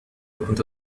كنت